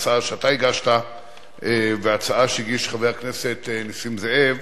הצעה שאתה הגשת והצעה שהגיש חבר הכנסת נסים זאב,